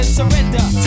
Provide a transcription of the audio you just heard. Surrender